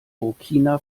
burkina